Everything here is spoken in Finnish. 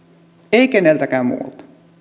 ei keneltäkään muulta